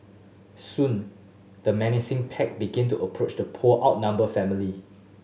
soon the menacing pack begin to approach the poor outnumbered family